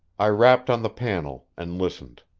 i rapped on the panel and listened.